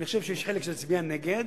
אני חושב שיש חלק שיצביע נגד,